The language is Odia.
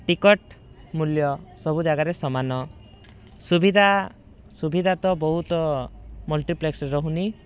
ଟିକେଟ୍ ମୂଲ୍ୟ ସବୁ ଜାଗାରେ ସମାନ ସୁବିଧା ସୁବିଧା ତ ବହୁତ ମଲ୍ଟିପ୍ଲେକ୍ସରେ ରହୁନି